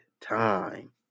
time